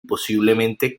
posiblemente